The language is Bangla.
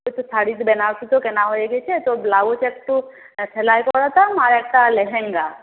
শাড়ি বেনারসী তো কেনা হয়ে গেছে তো ব্লাউজ একটু সেলাই করাতাম আর একটা লেহেঙ্গা